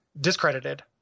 discredited